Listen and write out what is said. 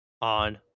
on